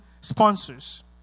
sponsors